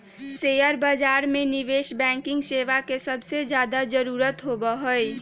share बाजार में निवेश बैंकिंग सेवा के सबसे ज्यादा जरूरत होबा हई